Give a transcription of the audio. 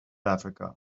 africa